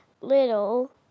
little